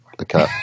Okay